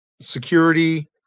Security